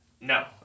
No